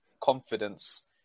confidence